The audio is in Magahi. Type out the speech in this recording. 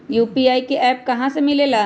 यू.पी.आई का एप्प कहा से मिलेला?